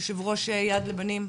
יו"ר יד לבנים.